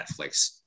Netflix